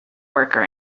worker